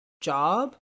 job